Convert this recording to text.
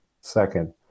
second